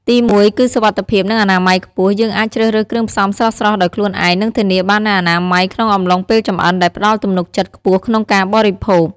ទីមួយ គឺ សុវត្ថិភាព និងអនាម័យខ្ពស់ យើងអាចជ្រើសរើសគ្រឿងផ្សំស្រស់ៗដោយខ្លួនឯង និងធានាបាននូវអនាម័យក្នុងអំឡុងពេលចម្អិន ដែលផ្តល់ទំនុកចិត្តខ្ពស់ក្នុងការបរិភោគ។